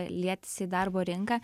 lietis į darbo rinką